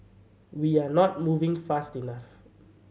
we are not moving fast enough